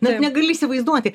net negali įsivaizduoti